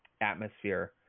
atmosphere